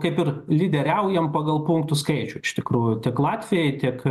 kaip ir lyderiaujam pagal punktų skaičių iš tikrųjų tiek latvijoje tiek